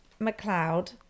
McLeod